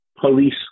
police